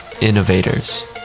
innovators